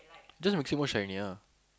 just maximum shiny ah